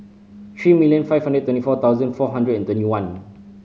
three million five hundred and twenty four thousand four hundred and twenty one